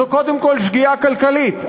זו קודם כול שגיאה כלכלית.